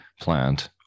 plant